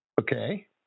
Okay